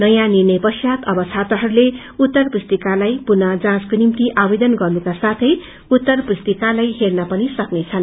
नयाँ निर्णयश्चात अब छात्रहरूले उत्त पुरितकालाई पुनः जाँचको निभ्ति आवेदन गर्नुका साथै उत्तर पुस्तिकालाई हेँन पनि सक्नेछन्